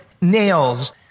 nails